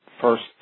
first